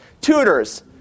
Tutors